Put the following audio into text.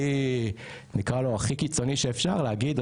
כלי נקרא לו הכי קיצוני שאפשר להגיד,